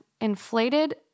inflated